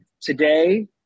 today